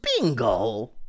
bingo